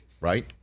right